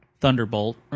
Thunderbolt